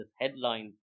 headline